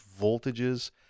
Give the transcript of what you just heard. voltages